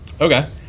Okay